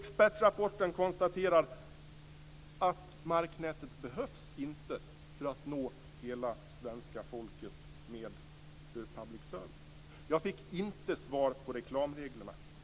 Expertrapporten konstaterar att marknätet inte behövs för att nå hela svenska folket med public service. Jag fick inte svar på frågan om reklamreglerna.